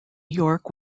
yorke